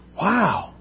Wow